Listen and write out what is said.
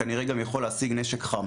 כנראה גם יכול להשיג נשק חם.